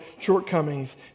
shortcomings